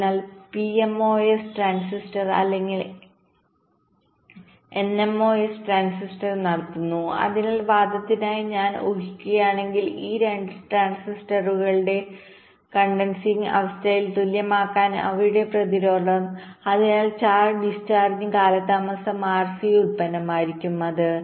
അതിനാൽ പിഎംഒഎസ്ട്രാൻസിസ്റ്റർ അല്ലെങ്കിൽ എൻഎംഒഎസ് ട്രാൻസിസ്റ്റർനടത്തുന്നു അതിനാൽ വാദത്തിനായി ഞാൻ ഊ ഹിക്കുകയാണെങ്കിൽ ഈ 2 ട്രാൻസിസ്റ്ററുകളുടെ കണ്ടൻസിങ്അവസ്ഥയിൽ തുല്യമാകുമ്പോൾ അവയുടെ പ്രതിരോധം അതിനാൽ ചാർജ് ഡിസ്ചാർജിംഗ് കാലതാമസം ആർസി ഉൽപ്പന്നമായിരിക്കും അത്